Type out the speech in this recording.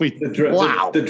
wow